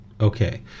Okay